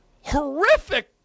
horrific